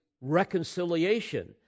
reconciliation